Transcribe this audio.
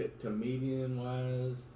Comedian-wise